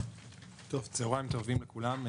צוהריים טובים לכולם.